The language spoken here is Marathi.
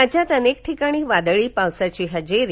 राज्यात अनेक ठिकाणी वादळी पावसाची हजेरी